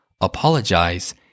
apologize